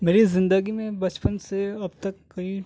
مری زندگی میں بچپن سے اب تک کئی